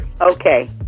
Okay